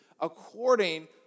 according